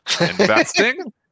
investing